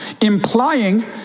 Implying